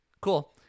Cool